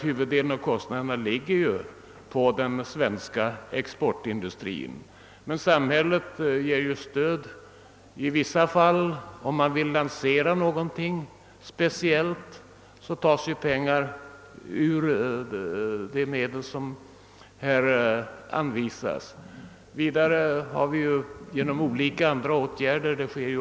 Huvuddelen av kostnaderna ligger ju på den svenska exportindustrin, men samhället ger stöd i vissa fall, särskilt när man vill lansera någonting nytt, och då tas pengar ur de medel som här anvisas.